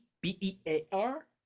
B-E-A-R